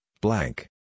blank